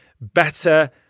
better